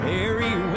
Mary